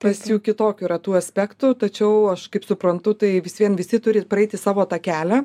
pas jų kitokių yra tų aspektų tačiau aš kaip suprantu tai vis vien visi turi praeiti savo tą kelią